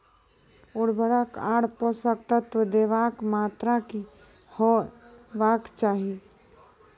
उर्वरक आर पोसक तत्व देवाक मात्राकी हेवाक चाही?